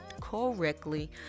correctly